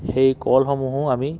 সেই কলসমূহো আমি